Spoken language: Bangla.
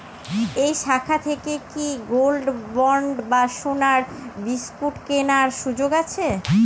এই শাখা থেকে কি গোল্ডবন্ড বা সোনার বিসকুট কেনার সুযোগ আছে?